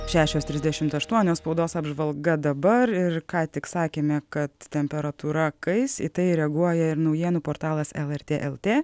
šešios trisdešimt aštuonios spaudos apžvalga dabar ir ką tik sakėme kad temperatūra kais į tai reaguoja ir naujienų portalas lrt lt